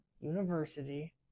university